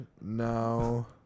No